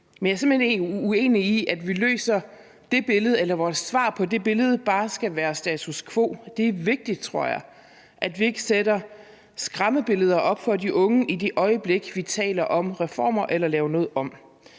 hen uenig i, at vores svar på det bare skal være status quo. Det er vigtigt, tror jeg, at vi ikke sætter skræmmebilleder op for de unge, i det øjeblik vi taler om reformer eller laver noget om.